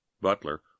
Butler